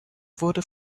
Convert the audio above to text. wurde